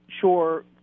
Sure